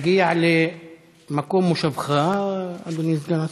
תגיע למקום מושבך, אדוני סגן השר?